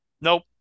Nope